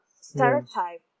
stereotype